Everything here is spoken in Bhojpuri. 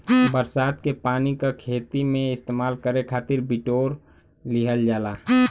बरसात के पानी क खेती में इस्तेमाल करे खातिर बिटोर लिहल जाला